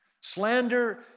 Slander